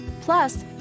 Plus